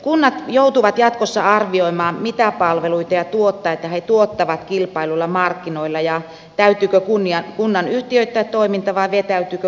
kunnat joutuvat jatkossa arvioimaan mitä palveluita ja tuotteita he tuottavat kilpailluilla markkinoilla ja täytyykö kunnan yhtiöittää toiminta vai vetäytyykö kunta markkinoilta pois